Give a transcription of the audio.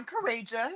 courageous